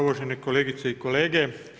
Uvažene kolegice i kolege.